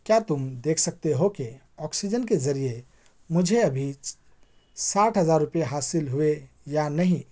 کیا تم دیکھ سکتے ہو کہ آکسیجن کے ذریعے مجھے ابھی ساٹھ ہزار روپے حاصل ہوئے یا نہیں